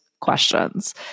questions